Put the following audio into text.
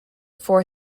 four